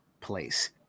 place